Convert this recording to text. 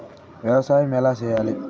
వ్యవసాయం ఎలా చేయాలి?